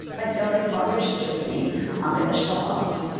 i feel like mother should just be unconditional love.